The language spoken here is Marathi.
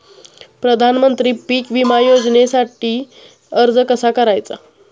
प्रधानमंत्री पीक विमा योजनेसाठी अर्ज कसा करायचा?